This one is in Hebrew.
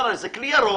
הרי זה כלי ירוק,